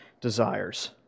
desires